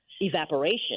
evaporation